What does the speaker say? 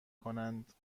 کنند